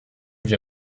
wir